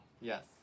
Yes